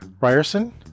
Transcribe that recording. Ryerson